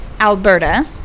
Alberta